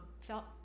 felt